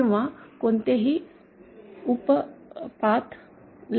किंवा कोणतेही उप पाथ ला